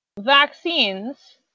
vaccines